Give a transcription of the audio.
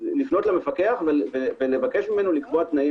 לפנות למפקח ולבקש ממנו לקבוע תנאים